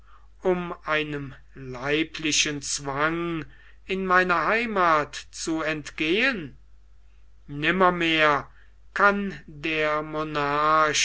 um einem leidlichen zwang in meiner heimath zu entgehen nimmermehr kann der monarch